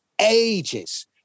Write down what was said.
ages